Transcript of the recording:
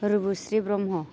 रुब्रुस्रि Brahma